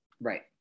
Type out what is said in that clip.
right